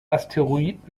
asteroid